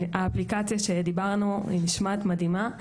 האפליקציה שדיברנו היא נשמעת מדהימה,